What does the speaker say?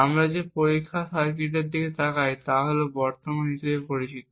আমরা যে পরীক্ষা সার্কিটের দিকে তাকাই তা হল বর্তমান হিসাবে পরিচিত